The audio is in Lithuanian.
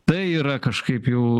tai yra kažkaip jau